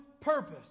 purpose